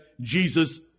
Jesus